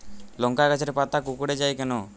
লংকা গাছের পাতা কুকড়ে যায় কেনো?